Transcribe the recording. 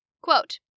Quote